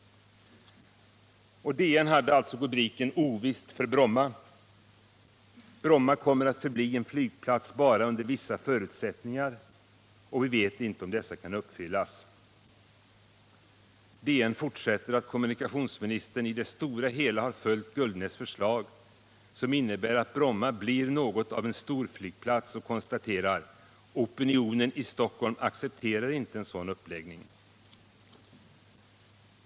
I DN hade man rubriken ”Ovisst för Bromma”. Och vidare skrev man att Bromma kommer att förbli en flygplats bara under vissa förutsättningar och att man inte vet om dessa kan uppfyllas. DN fortsätter med att säga att kommunikationsministern i det stora hela har följt Gullnäs förslag, vilket innebär ”att Bromma kommer att förbli en flygplats”, men konstaterar att opinionen i Stockholm inte accepterar en sådan uppläggning.